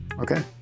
Okay